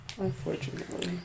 unfortunately